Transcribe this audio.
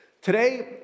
Today